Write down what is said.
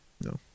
No